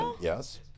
Yes